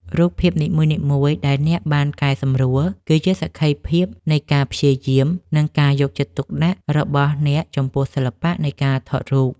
រូបភាពនីមួយៗដែលអ្នកបានកែសម្រួល គឺជាសក្ខីភាពនៃការព្យាយាម និងការយកចិត្តទុកដាក់របស់អ្នកចំពោះសិល្បៈនៃការថតរូប។